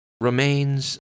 remains